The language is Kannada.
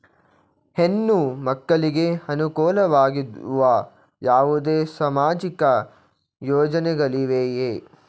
ಹೆಣ್ಣು ಮಕ್ಕಳಿಗೆ ಅನುಕೂಲವಾಗುವ ಯಾವುದೇ ಸಾಮಾಜಿಕ ಯೋಜನೆಗಳಿವೆಯೇ?